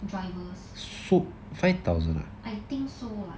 drivers I think so lah